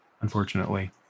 unfortunately